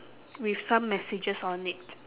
with some messages on it